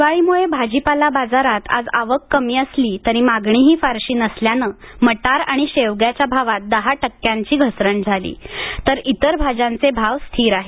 दिवाळीमुळे भाजीपाला बाजारात आज आवक कमी असली तरी मागणीही फारशी नसल्यानं मटार आणि शेवग्याच्या भावात दहा टक्क्यांची घसरण झाली तर इतर भाज्यांचे भाव स्थिर आहेत